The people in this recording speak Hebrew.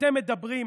אתם מדברים.